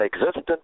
existence